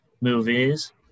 movies